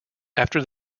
after